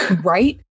Right